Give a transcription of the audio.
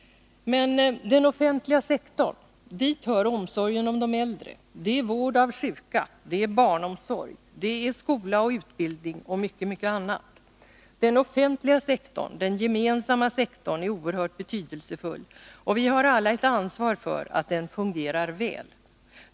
Men den offentliga sektorn, den gemensamma sektorn — dit hör omsorgen om de äldre, det är vård av sjuka, det är barnomsorg och det är skola och utbildning och mycket annat — är oerhört betydelsefull, och vi har alla ett ansvar för att den fungerar väl.